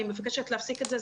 אני מבקשת להפסיק את זה.